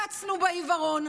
קצנו בעיוורון,